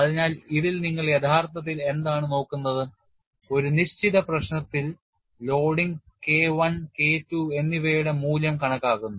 അതിനാൽ ഇതിൽ നിങ്ങൾ യഥാർത്ഥത്തിൽ എന്താണ് നോക്കുന്നത് ഒരു നിശ്ചിത പ്രശ്നത്തിൽ loading K I K II എന്നിവയുടെ മൂല്യം കണക്കാക്കുന്നു